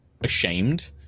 ashamed